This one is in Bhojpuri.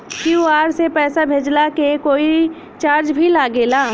क्यू.आर से पैसा भेजला के कोई चार्ज भी लागेला?